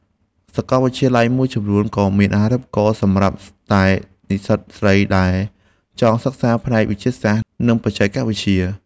សាកលវិទ្យាល័យមួយចំនួនក៏មានអាហារូបករណ៍សម្រាប់តែនិស្សិតស្រីដែលចង់សិក្សាផ្នែកវិទ្យាសាស្ត្រនិងបច្ចេកវិទ្យា។